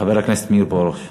חבר הכנסת מאיר פרוש.